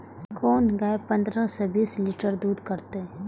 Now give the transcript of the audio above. कोन गाय पंद्रह से बीस लीटर दूध करते?